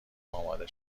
اماده